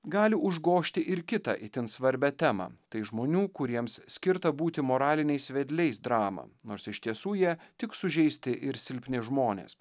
gali užgožti ir kitą itin svarbią temą tai žmonių kuriems skirta būti moraliniais vedliais dramą nors iš tiesų jie tik sužeisti ir silpni žmonės